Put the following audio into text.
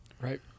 Right